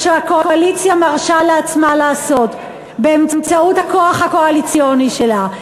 מה שהקואליציה מרשה לעצמה לעשות באמצעות הכוח הקואליציוני שלה,